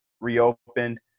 reopened